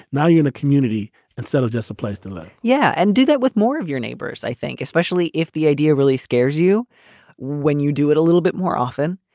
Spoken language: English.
now you're in a community instead of just a place to live yeah. and do that with more of your neighbors. i think especially if the idea really scares you when you do it a little bit more often,